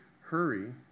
hurry